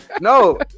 No